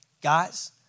Guys